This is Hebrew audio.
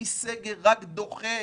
כי סגר רק דוחה,